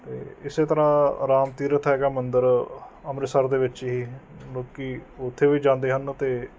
ਅਤੇ ਇਸੇ ਤਰ੍ਹਾਂ ਰਾਮ ਤੀਰਥ ਹੈਗਾ ਮੰਦਰ ਅੰਮ੍ਰਿਤਸਰ ਦੇ ਵਿੱਚ ਹੀ ਲੋਕ ਉੱਥੇ ਵੀ ਜਾਂਦੇ ਹਨ ਅਤੇ